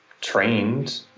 trained